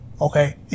Okay